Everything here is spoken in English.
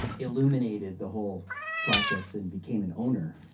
illuminated the whole process and became an owner.